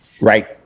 Right